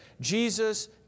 Jesus